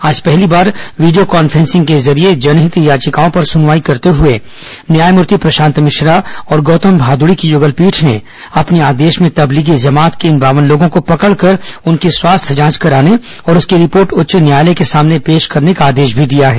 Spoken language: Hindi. आज पहली बार वीडियो कॉन्फ्रेंसिंग के जरिये जनहित याचिकाओं पर सुनवाई करते हुए न्यायमूर्ति प्रशांत मिश्रा और गौतम भाद्ड़ी की युगलपीठ ने अपने आदेश में तबलीगी जमात के इन बावन लोगों को पकड़कर उनकी स्वास्थ्य जांच कराने और उंसकी रिपोर्ट उच्च न्यायालय के सामने पेश करने का आदेश भी दिया है